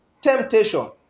temptation